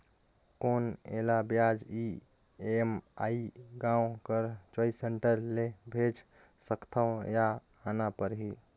कौन एला ब्याज ई.एम.आई गांव कर चॉइस सेंटर ले भेज सकथव या आना परही?